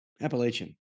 Appalachian